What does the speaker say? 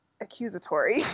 accusatory